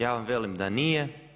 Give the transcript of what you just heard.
Ja vam velim da nije.